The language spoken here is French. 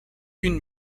une